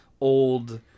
old